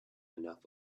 enough